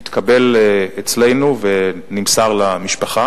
זה התקבל אצלנו ונמסר למשפחה.